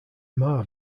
mar